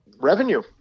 Revenue